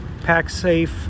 PackSafe